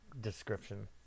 description